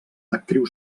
actriu